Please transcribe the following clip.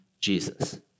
Jesus